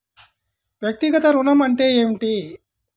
వ్యక్తిగత ఋణం అంటే ఏమిటి?